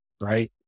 right